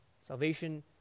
Salvation